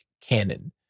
canon